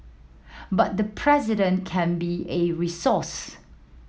but the President can be a resource